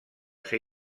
ser